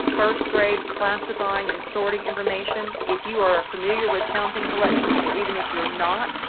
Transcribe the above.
first grade, classifying and sorting information. if you are familiar with counting collections or even if you're not,